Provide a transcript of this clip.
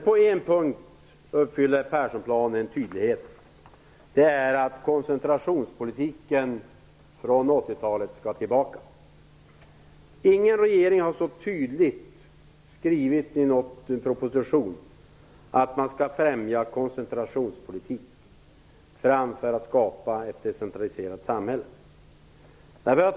På en punkt uppfyller Perssonplanen tydlighetskrav. Det är att koncentrationspolitiken från 80-talet skall tillbaka. Ingen regering har så tydligt skrivit i någon proposition att man skall främja koncentrationspolitiken framför att skapa ett decentraliserat samhälle.